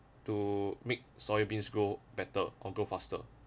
to make soybeans grow better or grow faster